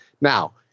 Now